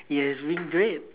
it has been great